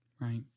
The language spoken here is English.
Right